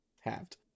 Halved